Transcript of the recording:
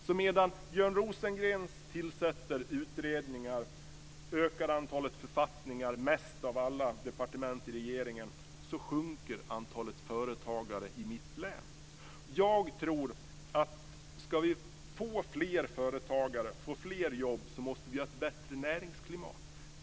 Så medan Björn Rosengrens departement tillsätter utredningar och ökar antalet författningar mest av alla departement i regeringen sjunker antalet företagare i mitt län. Jag tror att ska vi få fler företagare och fler jobb så måste vi ha ett bättre näringsklimat.